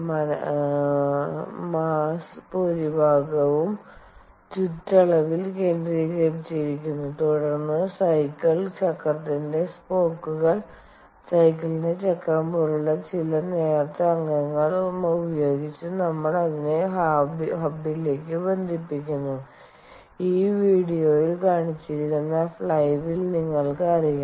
മനസ്സിന്റെ ഭൂരിഭാഗവും ചുറ്റളവിൽ കേന്ദ്രീകരിച്ചിരിക്കുന്നു തുടർന്ന് സൈക്കിൾ ചക്രത്തിന്റെ സ്പോക്കുകൾ സൈക്കിളിന്റെ ചക്രം പോലുള്ള ചില നേർത്ത അംഗങ്ങൾ ഉപയോഗിച്ച് നമ്മൾ അതിനെ ഹബിലേക്ക് ബന്ധിപ്പിക്കുന്നു ഇത് വീഡിയോയിൽ കാണിച്ചിരിക്കുന്ന ഫ്ലൈ വീൽ നിങ്ങൾക്ക് അറിയാം